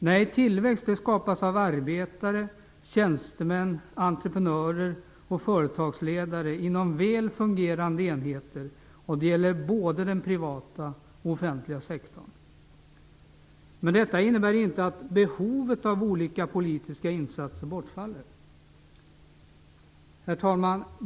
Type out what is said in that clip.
Nej, tillväxt skapas av arbetare, tjänstemän, entreprenörer och företagsledare inom väl fungerande enheter. Det gäller både den privata och den offentliga sektorn. Men detta innebär inte att behovet av olika politiska insatser bortfaller. Herr talman!